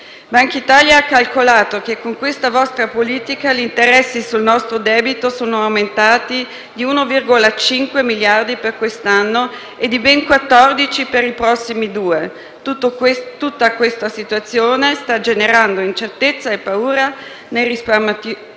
Banca d'Italia ha calcolato che, con questa vostra politica, gli interessi sul nostro debito sono aumentati di 1,5 miliardi quest'anno e aumenteranno di ben 14 miliardi per i prossimi due anni. Tutta questa situazione sta generando incertezza e paura nei risparmiatori.